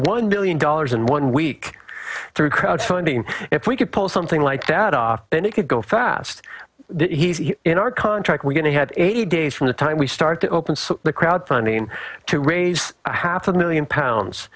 one billion dollars in one week through crowd funding if we could pull something like that off and it could go fast that he in our contract we're going to have eight days from the time we start to open the crowd funding to raise a half a million pounds